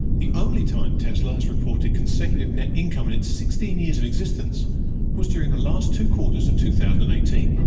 the only time tesla has reported consecutive net income in its sixteen years of existence was during the last two quarters of two thousand and eighteen. but